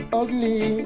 ugly